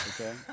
okay